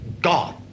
God